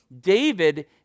David